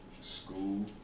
School